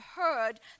heard